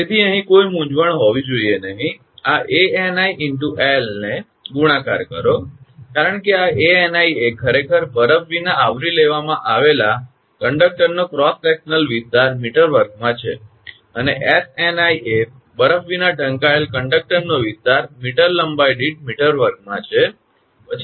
તેથી અહીં કોઈ મૂંઝવણ હોવી જોઈએ નહીં આ 𝐴𝑛𝑖 × 𝑙 ને ગુણાકાર કરો કારણ કે આ 𝐴𝑛𝑖 એ ખરેખર બરફ વિના આવરી લેવામાં આવેલા કંડકટરનો ક્રોસ સેક્શન વિસ્તાર મીટર વર્ગમાં છે અને 𝑆𝑛𝑖 એ બરફ વિના ઢંકાયેલ કંડકટરનો વિસ્તાર મીટર લંબાઈ દીઠ મીટર વર્ગમાં છે